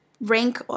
rank